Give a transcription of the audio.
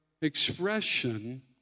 expression